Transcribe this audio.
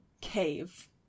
Cave